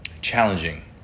challenging